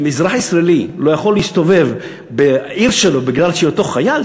אם אזרח ישראלי לא יכול להסתובב בעיר שלו בגלל היותו חייל,